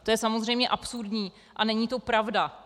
To je samozřejmě absurdní a není to pravda.